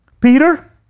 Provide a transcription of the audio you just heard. Peter